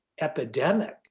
epidemic